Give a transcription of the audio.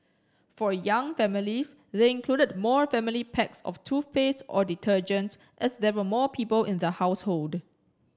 for young families they included more family packs of toothpaste or detergent as there were more people in the household